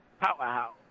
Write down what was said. Powerhouse